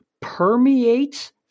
permeates